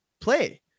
play